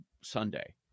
Sunday